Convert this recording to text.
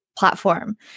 platform